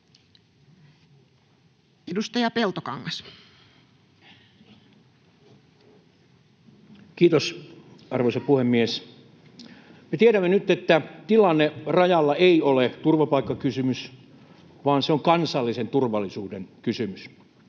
Edustaja Peltokangas. Kiitos, arvoisa puhemies! Me tiedämme nyt, että tilanne rajalla ei ole turvapaikkakysymys vaan se on kansallisen turvallisuuden kysymys.